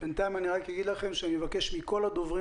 בינתיים אני אגיד שאני מבקש מכל הדוברים